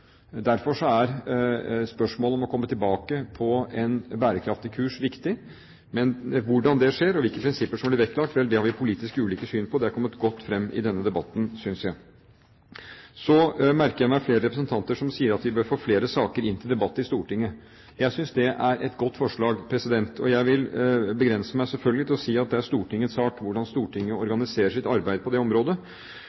Derfor er spørsmålet om å komme tilbake på en bærekraftig kurs viktig, men hvordan det skjer, og hvilke prinsipper som blir vektlagt, vel, det har vi ulike politiske syn på. Det har kommet godt fram i denne debatten, synes jeg. Så merker jeg meg flere representanter som sier at vi bør få flere saker inn til debatt i Stortinget. Jeg synes det er et godt forslag. Jeg vil begrense meg selvfølgelig til å si at det er Stortingets sak hvordan Stortinget